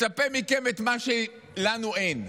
אני מצפה מכם את מה שלנו אין.